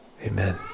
Amen